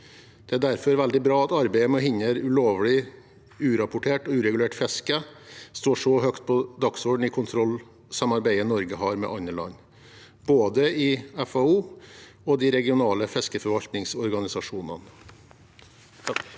Det er derfor veldig bra at arbeidet med å hindre ulovlig, urapportert og uregulert fiske står så høyt på dagsordenen i kontrollsamarbeidet Norge har med andre land, både i FAO og i de regionale fiskeriforvaltingsorganisasjonene.